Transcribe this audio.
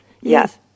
Yes